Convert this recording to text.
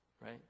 Right